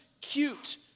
cute